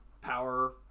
power